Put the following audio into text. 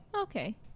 okay